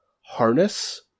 harness